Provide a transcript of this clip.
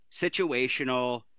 situational